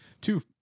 two